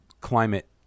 climate